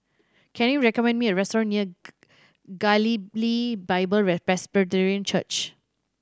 can you recommend me a restaurant near Galilee Bible Presbyterian Church